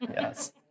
Yes